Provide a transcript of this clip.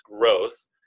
growth